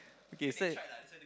okay so